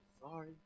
sorry